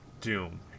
Doom